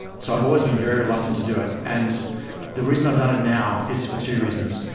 so i've always been very reluctant to do it. and the reason i've done it now is for two reasons.